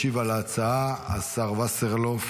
ישיב על ההצעה השר וסרלאוף,